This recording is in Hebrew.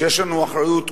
שיש לנו אחריות כוללת,